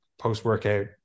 post-workout